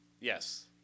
Yes